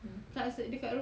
mm mm